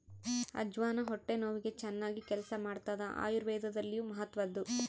ಅಜ್ವಾನ ಹೊಟ್ಟೆ ನೋವಿಗೆ ಚನ್ನಾಗಿ ಕೆಲಸ ಮಾಡ್ತಾದ ಆಯುರ್ವೇದದಲ್ಲಿಯೂ ಮಹತ್ವದ್ದು